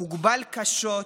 הוגבל קשות,